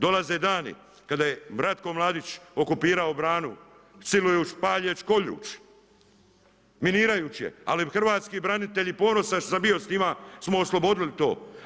Dolaze dani kada je Ratko Mladić okupirao branu, silujući, paljeći, koljući, minirajući je, ali hrvatski branitelji, ponosan sam što sam bio s njima smo osobodili to.